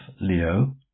Leo